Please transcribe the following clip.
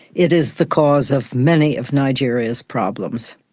it is the cause of many of nigeria's problems.